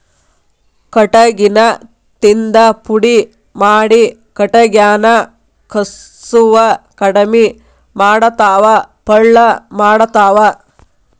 ಕಟಗಿನ ತಿಂದ ಪುಡಿ ಮಾಡಿ ಕಟಗ್ಯಾನ ಕಸುವ ಕಡಮಿ ಮಾಡತಾವ ಪಳ್ಳ ಮಾಡತಾವ